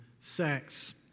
sex